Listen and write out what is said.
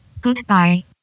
Goodbye